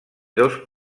dos